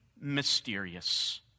mysterious